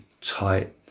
tight